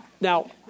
Now